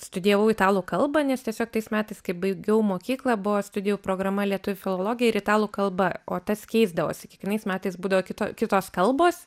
studijavau italų kalbą nes tiesiog tais metais kai baigiau mokyklą buvo studijų programa lietuvių filologija ir italų kalba o tas keisdavosi kiekvienais metais būdavo kito kitos kalbos